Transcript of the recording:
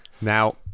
Now